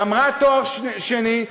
גמרה תואר שני,